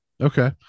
Okay